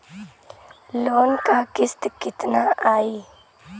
Loan क किस्त कितना आई?